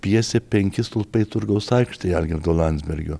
pjesė penki stulpai turgaus aikštėj algirdo landsbergio